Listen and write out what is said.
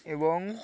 এবং